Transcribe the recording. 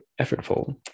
effortful